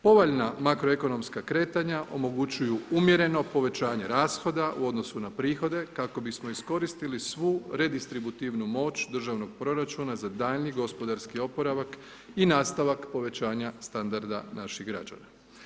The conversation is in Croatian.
Povoljna makroekonomska kretanja omogućuju umjereno povećanje rashoda u odnosu na prihode, kako bismo iskoristili svu redistributivnu moć državnog proračuna za daljnji gospodarski oporavak i nastavak povećanja standarda naših građana.